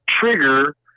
trigger